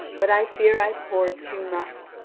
but i fear i poured too much,